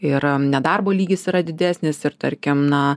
ir nedarbo lygis yra didesnis ir tarkim na